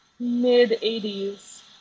mid-'80s